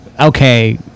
okay